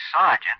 Sergeant